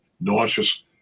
nauseous